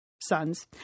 Sons